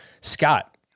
Scott